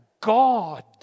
God